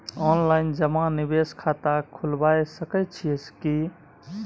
Online जमा निवेश खाता खुलाबय सकै छियै की?